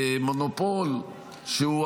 מונופול שהוא,